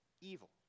evil